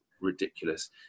ridiculous